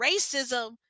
racism